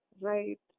Right